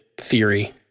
theory